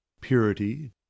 purity